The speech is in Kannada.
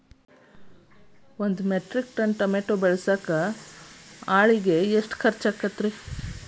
ಒಂದು ಮೆಟ್ರಿಕ್ ಟನ್ ಟಮಾಟೋ ಬೆಳಸಾಕ್ ಆಳಿಗೆ ಎಷ್ಟು ಖರ್ಚ್ ಆಕ್ಕೇತ್ರಿ?